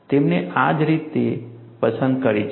તેમણે આ રીતે જ પસંદગી કરી છે